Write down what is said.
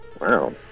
Wow